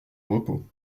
repos